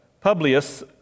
Publius